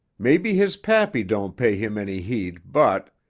maybe his pappy don't pay him any heed but,